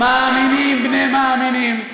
מאמינים בני מאמינים,